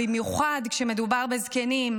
במיוחד כשמדובר בזקנים,